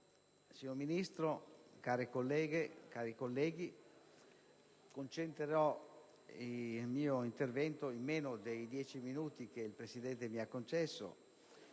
care colleghe, cari colleghi, concentrerò il mio intervento (in meno dei dieci minuti che il Presidente mi ha concesso)